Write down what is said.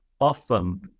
often